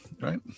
right